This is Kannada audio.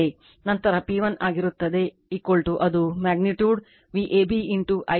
ನಂತರ P 1 ಆಗಿರುತ್ತದೆ ಅದು magnitude Vab Ia cos 30 o